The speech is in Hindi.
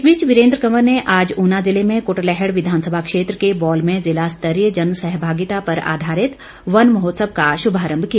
इस बीच वीरेन्द्र कंवर र्न आज ऊना जिले में क्टलैहड़ विधानसभा क्षेत्र के बौल में जिला स्तरीय जन सहभागिता पर आधारित वन महोत्सव का शुभारंभ किया